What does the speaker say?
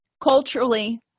culturally